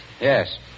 Yes